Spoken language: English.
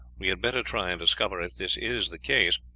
we had better try and discover if this is the case,